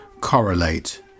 correlate